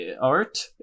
art